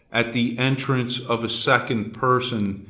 at the entrance of a second person,